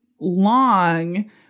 long